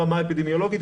ברמה האפידמיולוגית,